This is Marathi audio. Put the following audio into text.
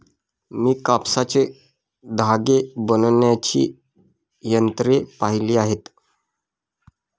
मी कापसाचे धागे बनवण्याची यंत्रे पाहिली आहेत